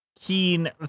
keen